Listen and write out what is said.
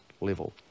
level